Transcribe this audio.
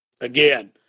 again